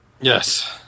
Yes